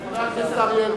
מי מציג?